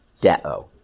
Deo